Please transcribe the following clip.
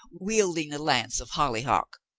wielding a lance of hollyhock.